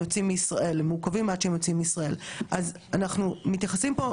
אז צריך להתייחס לכסף הזה מאוד ברצינות,